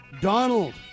Donald